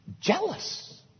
jealous